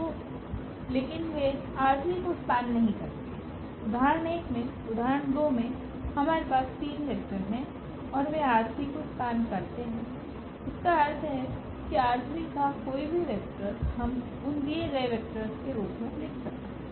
तो लेकिन वे ℝ3 को स्पेन नहीं करते उदाहरण 1 में उदाहरण 2 में हमारे पास तीन वेक्टर हैं और वे ℝ3 को स्पेन करते है इसका अर्थ है कि ℝ3 का कोई भी वेक्टर हम उन दिए गए वेक्टर्स के रूप में लिख सकते हैं